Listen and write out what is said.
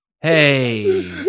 hey